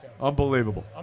Unbelievable